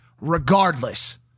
regardless